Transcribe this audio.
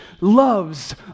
loves